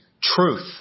truth